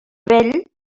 vell